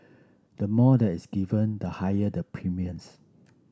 the more that is given the higher the premiums